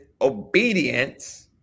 obedience